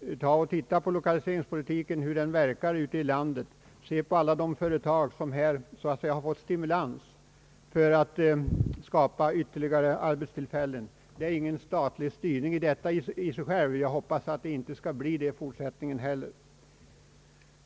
Se på hur lokaliseringspolitiken verkar ute i landet och se på alla de företag som har fått stimulans för att skapa ytterligare arbetstillfällen. Det är ingen statlig styrning i sig själv, och jag hoppas det inte skall bli det i fortsättningen heller.